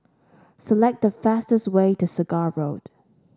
select the fastest way to Segar Road